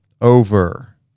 over